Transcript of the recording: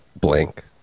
blank